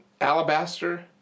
alabaster